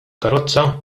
karozza